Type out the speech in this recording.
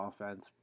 offense